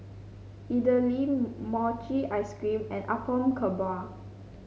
idly Mochi Ice Cream and Apom Berkuah